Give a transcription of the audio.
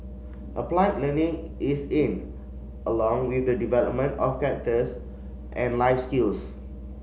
applied learning is in along with the development of characters and life skills